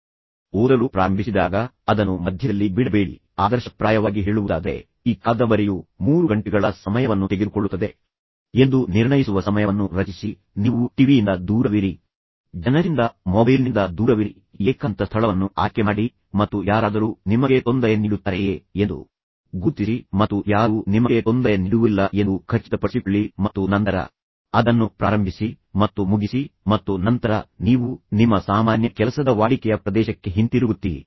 ಆದ್ದರಿಂದ ನೀವು ಒಂದು ಕಾದಂಬರಿಯನ್ನು ಓದಲು ಪ್ರಾರಂಭಿಸಿದಾಗ ಅದನ್ನು ಮಧ್ಯದಲ್ಲಿ ಬಿಡಬೇಡಿ ಆದರ್ಶಪ್ರಾಯವಾಗಿ ಹೇಳುವುದಾದರೆ ಈ ಕಾದಂಬರಿಯು 3 ಗಂಟೆಗಳ ಸಮಯವನ್ನು ತೆಗೆದುಕೊಳ್ಳುತ್ತದೆ ಎಂದು ನಿರ್ಣಯಿಸುವ ಸಮಯವನ್ನು ರಚಿಸಿ ನೀವು ಟಿವಿಯಿಂದ ದೂರವಿರಿ ಜನರಿಂದ ಮೊಬೈಲ್ನಿಂದ ದೂರವಿರಿ ಏಕಾಂತ ಸ್ಥಳವನ್ನು ಆಯ್ಕೆ ಮಾಡಿ ಮತ್ತು ಯಾರಾದರೂ ನಿಮಗೆ ತೊಂದರೆ ನೀಡುತ್ತಾರೆಯೇ ಎಂದು ಗುರುತಿಸಿ ಮತ್ತು ಯಾರೂ ನಿಮಗೆ ತೊಂದರೆ ನೀಡುವುದಿಲ್ಲ ಎಂದು ಖಚಿತಪಡಿಸಿಕೊಳ್ಳಿ ಮತ್ತು ನಂತರ ಅದನ್ನು ಪ್ರಾರಂಭಿಸಿ ಮತ್ತು ಮುಗಿಸಿ ಮತ್ತು ನಂತರ ನೀವು ನಿಮ್ಮ ಸಾಮಾನ್ಯ ಕೆಲಸದ ವಾಡಿಕೆಯ ಪ್ರದೇಶಕ್ಕೆ ಹಿಂತಿರುಗುತ್ತೀರಿ